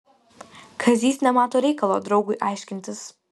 kazys nemato reikalo draugui aiškintis